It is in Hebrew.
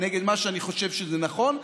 נגד מה שאני חושב שזה נכון,